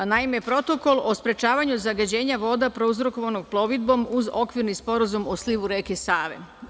Naime, protokol o sprečavanju zagađenja voda prouzrokovanog plovidbom uz okvirni sporazum o slivu reke Save.